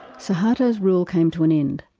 suharto's rule came to an end,